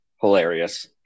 hilarious